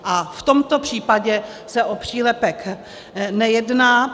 V tomto případě se o přílepek nejedná.